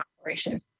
operation